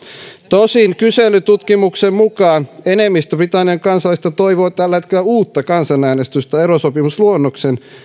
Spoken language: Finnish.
tosin kyselytutkimuksen mukaan enemmistö britannian kansalaisista toivoo tällä hetkellä uutta kansanäänestystä erosopimusluonnoksen